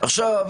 אני